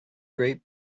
great